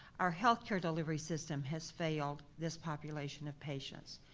our healthcare delivery system has failed this population of patients.